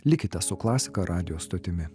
likite su klasika radijo stotimi